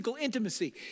intimacy